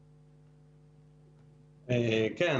כן.